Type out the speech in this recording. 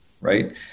right